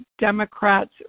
Democrats